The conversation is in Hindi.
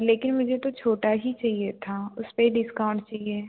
लेकिन मुझे तो छोटा ही चाहिए था उसपे डिस्काउंट चाहिए